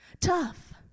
tough